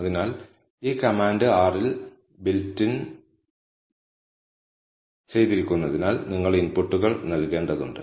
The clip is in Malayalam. അതിനാൽ ഈ കമാൻഡ് R ൽ ബിൽറ്റ് ഇൻ ചെയ്തിരിക്കുന്നതിനാൽ നിങ്ങൾ ഇൻപുട്ടുകൾ നൽകേണ്ടതുണ്ട്